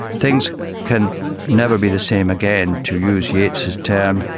things can never be the same again, to use yeats's term,